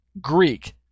Greek